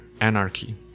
anarchy